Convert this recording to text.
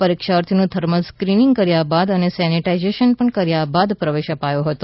પરીક્ષાર્થીનું thermal scanning કર્યા બાદ અને સેનેટાઇઝેશન પણ કર્યા બાદ પ્રવેશ અપાયો હતો